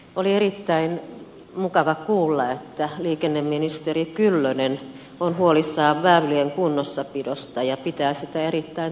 oli erittäin mukava kuulla että liikenneministeri kyllönen on huolissaan väylien kunnossapidosta ja pitää sitä erittäin tärkeänä asiana